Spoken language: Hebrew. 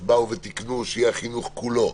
אז באו ותיקנו שיהיה החינוך כולו.